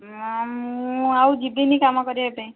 ହଁ ମୁଁ ଆଉ ଯିବିନି କାମ କରିବା ପାଇଁ